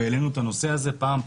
העלינו את הנושא הזה פעם,